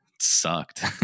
sucked